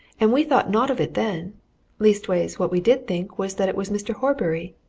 and we thought naught of it, then leastways, what we did think was that it was mr. horbury.